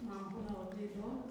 man būna labai įdomu